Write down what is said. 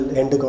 end